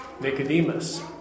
Nicodemus